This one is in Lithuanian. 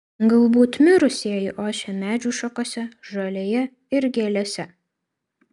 galbūt mirusieji ošia medžių šakose žolėje ir gėlėse